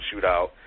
shootout